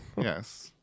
Yes